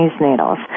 needles